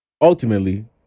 ultimately